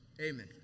Amen